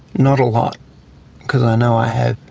not a lot because i know i have,